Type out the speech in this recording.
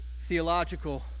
theological